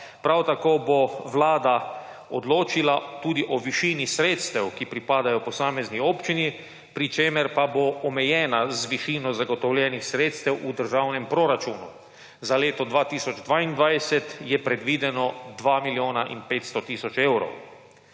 Prav tako bo Vlada določila tudi o višini sredstev, ki pripadajo posamezni občini, pri čemer pa bo omejena z višino zagotovljenih sredstev v državnem proračunu za leto 2022 je predvideno 2 milijona in 500 tisoč evrov.